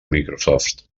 microsoft